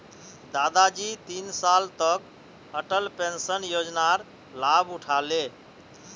दादाजी तीन साल तक अटल पेंशन योजनार लाभ उठा ले